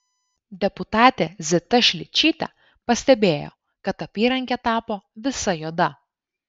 deputatė zita šličytė pastebėjo kad apyrankė tapo visa juoda